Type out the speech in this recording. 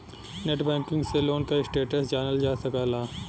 net banking से loan क status जानल जा सकला